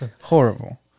Horrible